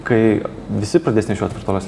kai visi pradės nešiot virtualios